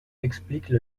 expliquent